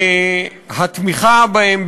התמיכה בהם,